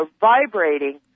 vibrating